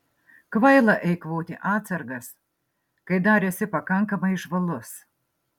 kvaila eikvoti atsargas kai dar esi pakankamai žvalus